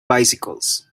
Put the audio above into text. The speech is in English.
bicycles